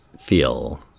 feel